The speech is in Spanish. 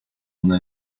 una